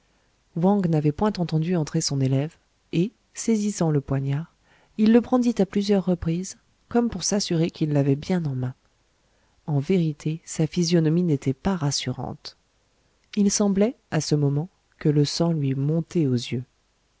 wang n'avait point entendu entrer son élève et saisissant le poignard il le brandit à plusieurs reprises comme pour s'assurer qu'il l'avait bien en main en vérité sa physionomie n'était pas rassurante il semblait à ce moment que le sang lui eût monté aux yeux